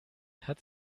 hat